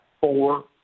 four